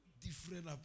Different